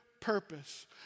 purpose